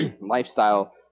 Lifestyle